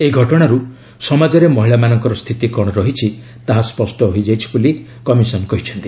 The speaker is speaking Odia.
ଏହି ଘଟଣାରୂ ସମାଜରେ ମହିଳାମାନଙ୍କର ସ୍ଥିତି କ'ଣ ରହିଛି ତାହା ସ୍ୱଷ୍ଟ ହୋଇଯାଇଛି ବୋଲି କମିଶନ କହିଚ୍ଛନ୍ତି